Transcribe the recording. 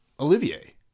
Olivier